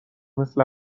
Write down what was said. مثل